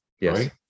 Yes